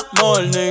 morning